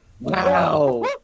Wow